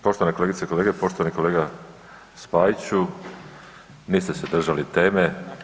Poštovane kolegice i kolege, poštovani kolega Spajiću niste se držali teme.